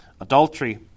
adultery